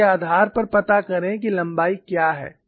उसके आधार पर पता करें कि लंबाई क्या है